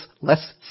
less